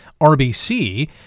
RBC